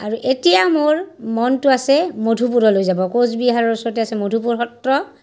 আৰু এতিয়া মোৰ মনটো আছে মধুপুৰলৈ যাব কোচবিহাৰৰ ওচৰতে আছে মধুপুৰ সত্ৰ